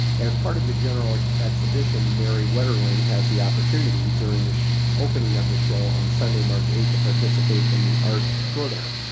as part of the general ah exhibition, mary wetterling has the opportunity during ah the opening of the show on sunday, march, eight, to participate in the art throwdown.